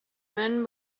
men